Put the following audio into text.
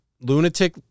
lunatic